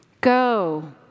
Go